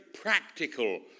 practical